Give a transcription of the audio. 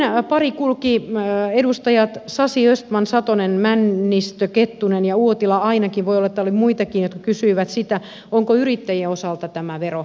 toinen rypäs olivat edustajat sasi östman satonen männistö kettunen ja uotila ainakin voi olla että oli muitakin jotka kysyivät sitä onko yrittäjien osalta tämä vero oikeudenmukainen